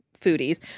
foodies